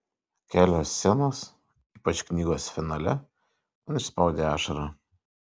kelios scenos ypač knygos finale man išspaudė ašarą